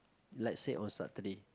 like say on Saturday